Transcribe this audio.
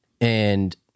and-